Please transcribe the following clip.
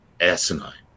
asinine